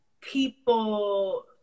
people